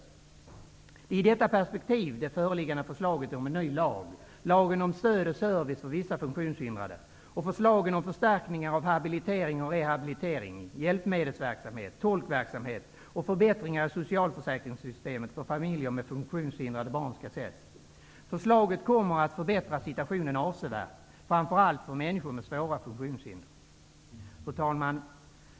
Det är i detta perspektiv det föreliggande förslaget om en ny lag, lagen om stöd och service för vissa funktionshindrade, och förslagen om förstärkningar av habilitering och rehabilitering, hjälpmedelsverksamhet, tolkverksamhet och förbättringarna i socialförsäkringssystemet för familjer med funktionshindrade barn skall ses. Förslaget kommer att förbättra situationen avsevärt framför allt för människor med svåra funktionshinder. Fru talman!